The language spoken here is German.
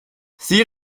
sie